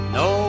no